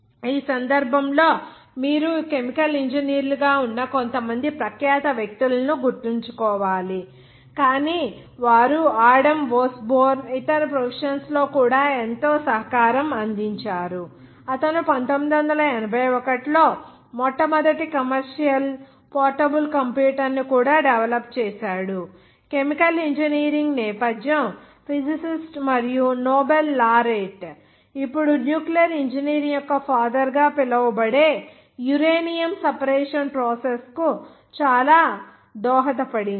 ఈ సందర్భంలో మీరు కెమికల్ ఇంజనీర్లుగా ఉన్న కొంతమంది ప్రఖ్యాత వ్యక్తులు గుర్తుంచుకోవాలి కానీ వారు ఆడమ్ ఒస్బోర్న్ ఇతర ప్రొఫెషన్స్ లో కూడా ఎంతో సహకారం అందించారు అతను 1981 లో మొట్టమొదటి కమర్షియల్ పోర్టబుల్ కంప్యూటర్ను కూడా డెవలప్ చేశాడు కెమికల్ ఇంజనీరింగ్ నేపథ్యం ఫిజిసిస్ట్ మరియు నోబెల్ లారేట్ ఇప్పుడు న్యూక్లియర్ ఇంజనీరింగ్ యొక్క ఫాదర్ గా పిలువబడే యురేనియం సెపరేషన్ ప్రాసెస్ కు చాలా దోహదపడింది